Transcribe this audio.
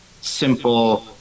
simple